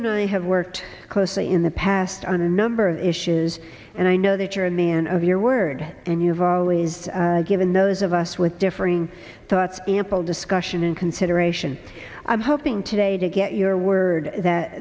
and i have worked closely in the past on a number of issues and i know that you're a man of your word and you've always given those of us with differing thoughts ample discussion in consideration i'm hoping today to get your word